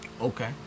Okay